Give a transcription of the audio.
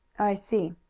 i see.